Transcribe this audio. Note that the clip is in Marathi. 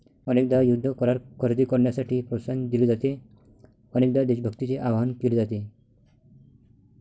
अनेकदा युद्ध करार खरेदी करण्यासाठी प्रोत्साहन दिले जाते, अनेकदा देशभक्तीचे आवाहन केले जाते